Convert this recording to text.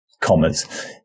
commas